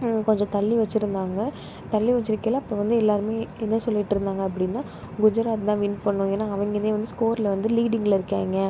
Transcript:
கொஞ்சம் தள்ளி வச்சுருந்தாங்க தள்ளி வச்சுருக்கையில அப்போ வந்து எல்லாருமே என்ன சொல்லிட்டு இருந்தாங்க அப்படின்னா குஜராத் தான் வின் பண்ணும் ஏன்னா அவங்க தான் வந்து ஸ்கோரில் வந்து லீடிங்கில் இருக்காங்க